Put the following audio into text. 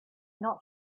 not